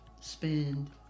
spend